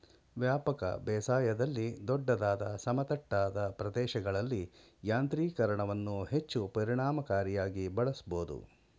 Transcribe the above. ವ್ಯಾಪಕ ಬೇಸಾಯದಲ್ಲಿ ದೊಡ್ಡದಾದ ಸಮತಟ್ಟಾದ ಪ್ರದೇಶಗಳಲ್ಲಿ ಯಾಂತ್ರೀಕರಣವನ್ನು ಹೆಚ್ಚು ಪರಿಣಾಮಕಾರಿಯಾಗಿ ಬಳಸ್ಬೋದು